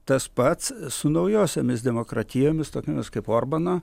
tas pats su naujosiomis demokratijomis tokiomis kaip orbano